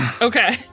okay